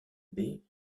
baie